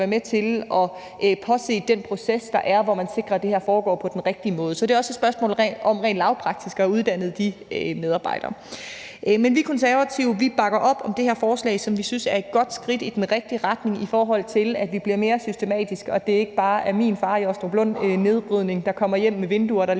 være med til at påse, at den proces, der er, sikrer, at det foregår på den rigtige måde. Så det er også spørgsmål om rent lavpraktisk at have uddannet de medarbejdere. Men vi Konservative bakker op om det her forslag, som vi synes er et godt skridt i den rigtige retning, med hensyn til at vi bliver mere systematiske, og at det ikke bare er min far i Åstruplund Nedbrydning, der kommer hjem med et vindue, der